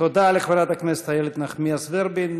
תודה לחברת הכנסת איילת נחמיאס ורבין.